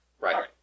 Right